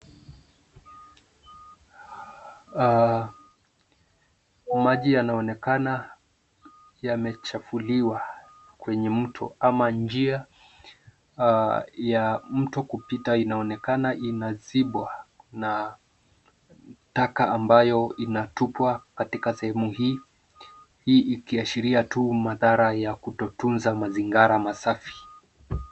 Maji yanaonekana yamechafuliwa kwenye mto ama njia ya mto kupita, inaonekana inazibwa na taka amabayo inatupwa katika sehemu hii, hii ikiashiria tu madhara ya kutotunza mazingara masafi.